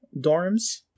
dorms